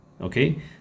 okay